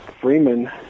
Freeman